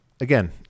Again